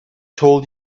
told